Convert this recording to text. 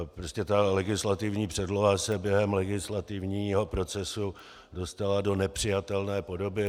Prostě ta legislativní předloha se během legislativního procesu dostala do nepřijatelné podoby.